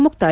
ಮುಕ್ತಾಯ